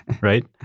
right